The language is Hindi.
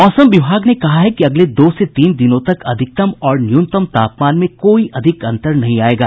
मौसम विभाग ने कहा है कि अगले दो से तीन दिनों तक अधिकतम और न्यूनतम तापमान में कोई अधिक अंतर नहीं आयेगा